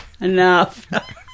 enough